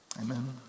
Amen